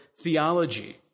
theology